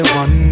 one